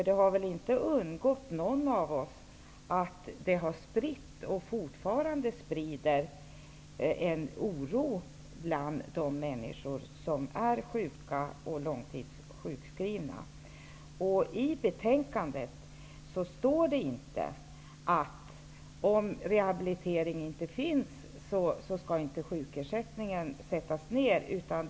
Det har väl inte undgått någon av oss att det har spridits och sprids fortfarande en oro bland de människor som är sjuka och långtidssjukskrivna. Det står inte i betänkandet att sjukersättningen inte skall sättas ned om det inte finns rehabilitering.